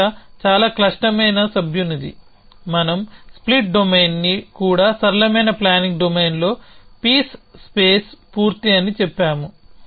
సమస్య చాలా కష్టమైన సభ్యునిది మనం స్ప్లిట్ డొమైన్ని కూడా సరళమైన ప్లానింగ్ డొమైన్లో పీస్ స్పేస్ పూర్తి అని చెప్పాము